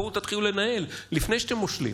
בואו תתחילו לנהל לפני שאתם מושלים.